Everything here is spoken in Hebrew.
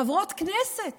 חברות בכנסת